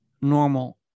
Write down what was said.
normal